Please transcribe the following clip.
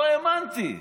לא האמנתי.